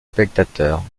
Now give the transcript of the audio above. spectateurs